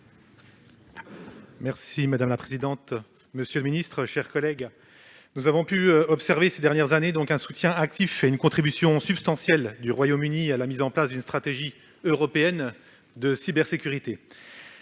M. Ludovic Haye. Monsieur le secrétaire d'État, nous avons pu observer ces dernières années un soutien actif et une contribution substantielle du Royaume-Uni à la mise en place d'une stratégie européenne de cybersécurité.